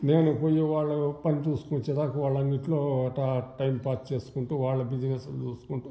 నేను పోయి వాళ్ళ పని చూసుకొచ్చే దాకా నేను వాల్లంగిట్లో అట్టా టైం పాస్ చేసుకుంటూ వాళ్ళ బిజినెస్సులు చూసుకుంటూ